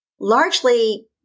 largely